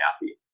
happy